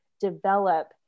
develop